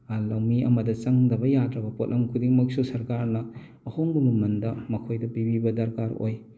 ꯂꯧꯃꯤ ꯑꯃꯗ ꯆꯪꯗꯕ ꯌꯥꯗ꯭ꯔꯕ ꯄꯣꯠꯂꯝ ꯈꯨꯗꯤꯡꯃꯛꯁꯨ ꯁꯔꯀꯥꯔꯅ ꯑꯍꯣꯡꯕ ꯃꯃꯜꯗ ꯃꯈꯣꯏꯗ ꯄꯤꯕꯤꯕ ꯗꯔꯀꯥꯔ ꯑꯣꯏ